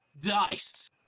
dice